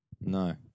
No